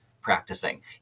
practicing